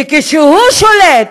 וכשהוא שולט,